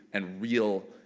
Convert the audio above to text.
and real,